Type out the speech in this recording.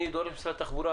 אני דורש ממשרד התחבורה